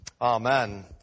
Amen